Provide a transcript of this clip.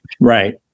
Right